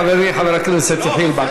חברי חבר הכנסת יחיאל בר.